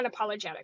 unapologetic